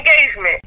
engagement